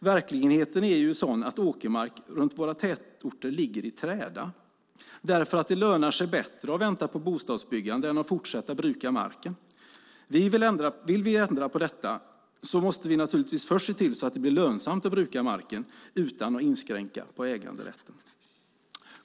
Verkligheten är sådan att åkermark runt våra tätorter ligger i träda eftersom det lönar sig bättre att vänta på bostadsbyggande än att fortsätta bruka marken. Vill vi ändra på detta måste vi naturligtvis först se till att det blir lönsamt att bruka marken utan att inskränka äganderätten.